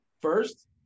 First